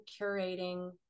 curating